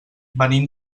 venim